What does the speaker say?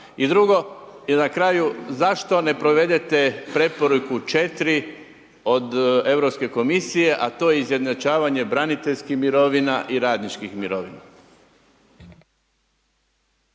I drugo, i na kraju, zašto ne provedete preporuku 4. od Europske komisije a to je izjednačavanje braniteljskih mirovina i radničkih mirovina?